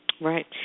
Right